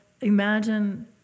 imagine